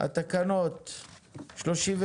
הצבעה תקנות 32,